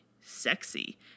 sexy